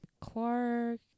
Clark